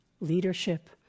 leadership